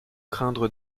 craindre